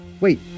Wait